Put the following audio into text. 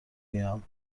بیام